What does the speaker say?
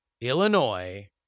Illinois